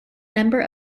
number